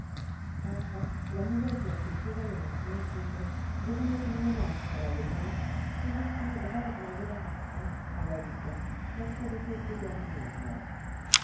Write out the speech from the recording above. enfin la nouvelle caisse de prévoyance l'inquiétait devenait une menace pour l'avenir tandis qu'une grève l'en débarrasserait en la vidant lorsqu'elle était peu garnie encore